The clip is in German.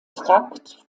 trakt